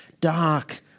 dark